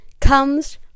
comes